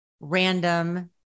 random